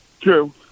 True